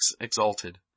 exalted